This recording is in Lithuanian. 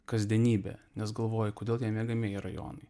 kasdienybė nes galvoji kodėl tie miegamieji rajonai